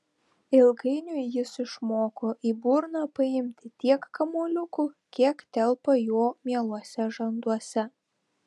ilgainiui jis išmoko į burną paimti tiek kamuoliukų kiek telpa jo mieluose žanduose